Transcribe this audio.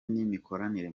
n’imikoranire